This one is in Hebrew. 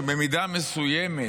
שבמידה מסוימת,